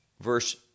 verse